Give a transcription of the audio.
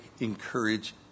encourage